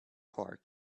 park